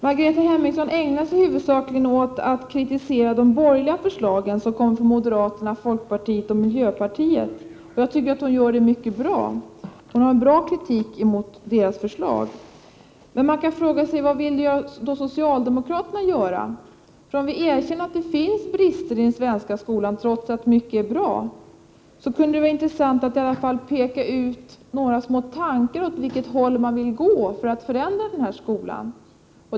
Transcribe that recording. Margareta Hemmingsson ägnar sig huvudsakligen åt att kritisera de borgerliga förslagen från moderaterna, folkpartiet och miljöpartiet. Jag tycker att hon gör det mycket bra. Hon för fram en bra kritik mot deras förslag. Men man kan fråga sig vad socialdemokraterna vill göra. Om vi erkänner att det finns brister i den svenska skolan, trots att mycket är bra, kunde det vara intressant att i alla fall peka ut några små tankar om åt vilket håll man vill gå för att förändra denna skola.